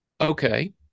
Okay